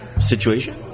Situation